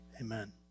Amen